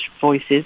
voices